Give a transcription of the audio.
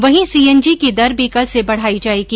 वहीं सीएनजी की दर भी कल से बढ़ाई जायेगी